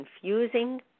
confusing